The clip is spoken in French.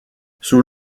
sous